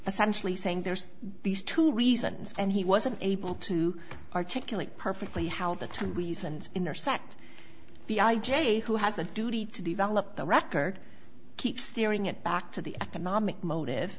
there's these two reasons and he wasn't able to articulate perfectly how the two ways and intersect the i j a who has a duty to develop the record keep steering it back to the economic motive